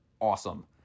awesome